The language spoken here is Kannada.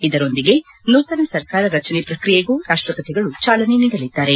ಇದರೊಂದಿಗೆ ನೂತನ ಸರ್ಕಾರ ರಚನೆ ಪ್ರಕ್ರಿಯೆಗೂ ರಾಷ್ಟಪತಿಗಳು ಚಾಲನೆ ನೀಡಲಿದ್ದಾರೆ